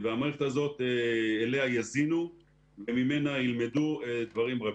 ואל המערכת הזאת יזינו ממנה ילמדו דברים רבים.